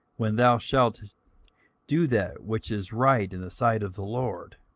when thou shalt do that which is right in the sight of the lord.